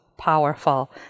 Powerful